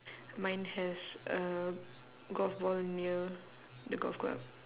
mine has a golf ball near the golf club